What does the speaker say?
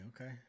Okay